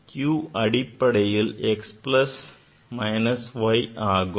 q அடிப்படையில் x plus minus y ஆகும்